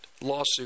lawsuit